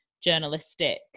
journalistic